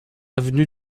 avenue